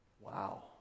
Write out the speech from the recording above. Wow